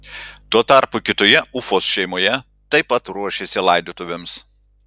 tuo tarpu kitoje ufos šeimoje taip pat ruošėsi laidotuvėms